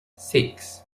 six